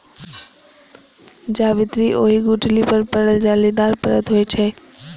जावित्री ओहि गुठली पर पड़ल जालीदार परत होइ छै